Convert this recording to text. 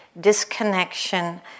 disconnection